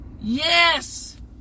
Yes